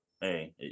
Hey